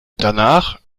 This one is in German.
danach